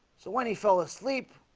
so when he fell asleep?